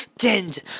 change